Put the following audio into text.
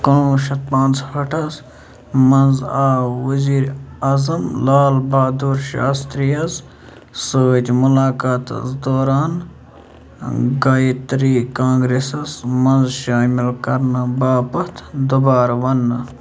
کُنووُہ شَتھ پانٛژھ ہٲٹھس منٛز آو وزیٖرِ اعظم لال بہادُر شاستری یَس سۭتۍ مُلاقاتس دوران گایترٛی کانگرٮ۪سَس منٛز شٲمِل کرنہٕ باپتھ دُبارٕ وننہٕ